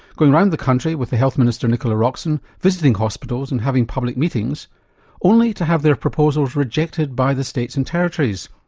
going round the country with the health minister nicola roxon visiting hospitals and having public meetings only to have their proposals rejected by the states and territories.